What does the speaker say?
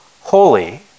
holy